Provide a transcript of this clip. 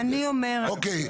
אני אומרת --- אוקיי,